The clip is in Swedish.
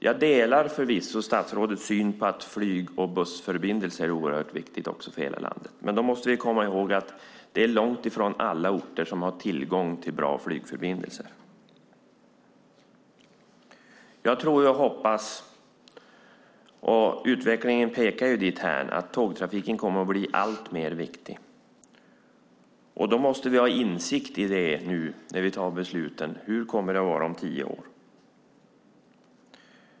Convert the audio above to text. Jag delar förvisso statsrådets syn på att flyg och bussförbindelser också är oerhört viktigt för hela landet, men då måste vi komma ihåg att det är långt ifrån alla orter som har tillgång till bra flygförbindelser. Jag tror och hoppas - utvecklingen pekar ju också dithän - att tågtrafiken kommer att bli allt viktigare. Då måste vi ha insikt i det nu när vi tar besluten. Hur kommer det att vara om tio år?